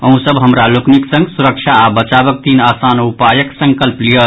अहूँ सब हमरा लोकनिक संग सुरक्षा आ बचावक तीन आसान उपायके संकल्प लियऽ